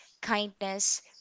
kindness